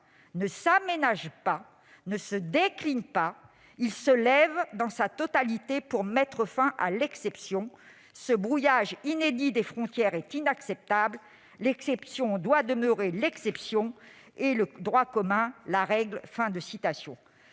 ne s'aménage pas, ne se décline pas : il se lève dans sa totalité pour mettre fin à l'exception. Ce brouillage inédit des frontières est inacceptable. L'exception doit demeurer l'exception et le droit commun la règle. »